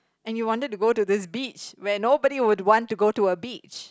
and you wanted to go to this beach when nobody would want to go to a beach